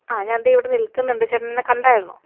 ആ ഞാൻ ദേ ഇവിടെ നിൽക്കുന്നുണ്ട് ചേട്ടൻ എന്നെ കണ്ടായിരുന്നോ